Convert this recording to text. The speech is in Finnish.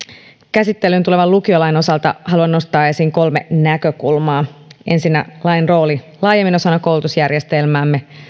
käsittelyyn tulevan lukiolain osalta haluan nostaa esiin kolme näkökulmaa ensinnä lain roolin laajemmin osana koulutusjärjestelmäämme